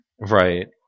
Right